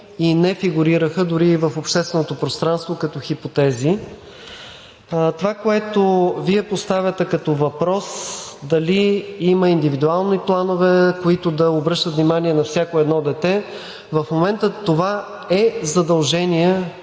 не фигурираха дори и в общественото пространство като хипотези. Това, което Вие поставяте като въпрос – дали има индивидуални планове, които да обръщат внимание на всяко едно дете, в момента е задължение